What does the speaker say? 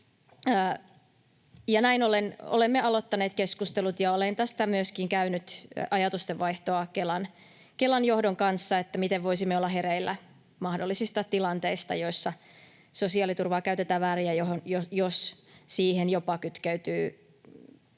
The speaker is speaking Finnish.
ollen olemme aloittaneet keskustelut, ja olen tästä myöskin käynyt ajatustenvaihtoa Kelan johdon kanssa, että miten voisimme olla hereillä mahdollisista tilanteista, joissa sosiaaliturvaa käytetään väärin ja jos siihen jopa kytkeytyy